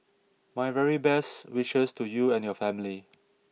my very best wishes to you and your family